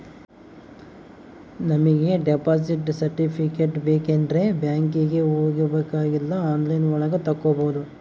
ನಮಿಗೆ deposit certificate ಬೇಕಂಡ್ರೆ ಬ್ಯಾಂಕ್ಗೆ ಹೋಬಾಕಾಗಿಲ್ಲ ಆನ್ಲೈನ್ ಒಳಗ ತಕ್ಕೊಬೋದು